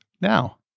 now